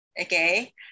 Okay